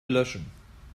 löschen